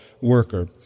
worker